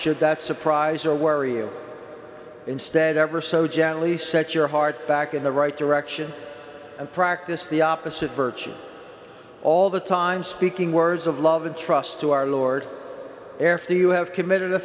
should that surprise or worry you instead ever so gently set your heart back in the right direction and practice the opposite virtues all the time speaking words of love and trust to our lord air for the you have committed a